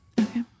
Okay